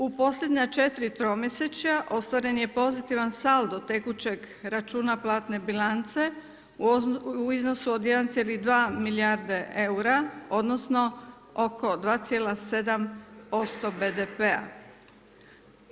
U posljednja četiri tromjesečja ostvaren je pozitivan saldo tekućeg računa platne bilance u iznosu od 1,2 milijarde eura, odnosno oko 2,7% BDP-a.